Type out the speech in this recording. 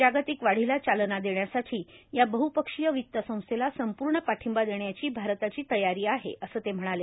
जागतिक वाढीला चालना देण्यासाठी या बहपक्षीय वित्त संस्थेला संपूर्ण पाठिंबा देण्याची भारताची तयारी आहेए असं ते म्हणाले